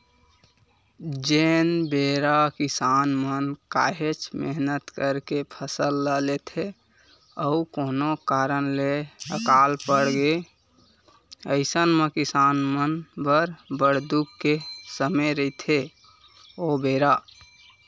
जेन बेरा किसान मन काहेच मेहनत करके फसल ल लेथे अउ कोनो कारन ले अकाल पड़गे अइसन म किसान मन बर बड़ दुख के समे रहिथे ओ बेरा